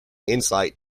insight